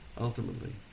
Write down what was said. ultimately